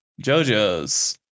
Jojo's